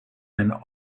and